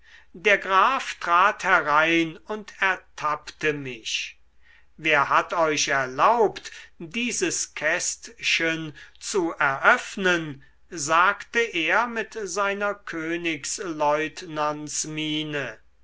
der graf trat herein und ertappte mich wer hat euch erlaubt dieses kästchen zu eröffnen sagte er mit seiner königslieutenantsmiene